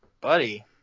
Buddy